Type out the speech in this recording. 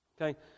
Okay